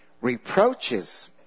Reproaches